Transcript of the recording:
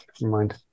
mind